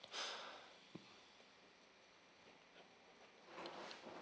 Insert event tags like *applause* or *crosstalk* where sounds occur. *breath*